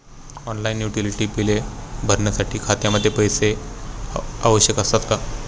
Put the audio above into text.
Online utility बिले भरण्यासाठी खात्यामध्ये पैसे आवश्यक असतात का?